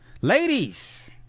ladies